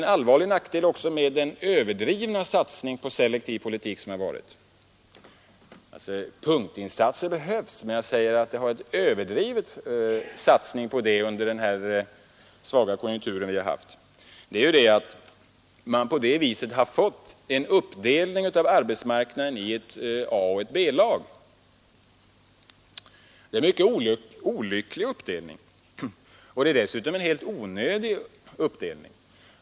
En allvarlig nackdel med den överdrivna satsningen på selektiv politik — punktinsatser behövs, men jag säger att det har varit en överdriven satsning på sådana under den svaga konjunktur som vi har haft — är också att man på det viset har fått en uppdelning av arbetsmarknaden i ett A och ett B-lag. Det är en mycket olycklig uppdelning. Det är dessutom en helt onödig uppdelning.